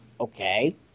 Okay